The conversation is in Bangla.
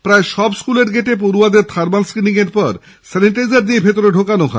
প্রায় সব স্কুলের গেটে পড়য়াদের থার্মাল স্ক্রিনিং এর পর স্যানিটাইজার দিয়ে ভেতরে প্রবেশ করানো হয়